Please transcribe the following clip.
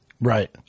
right